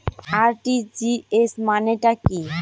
RTGS মানে টা কি?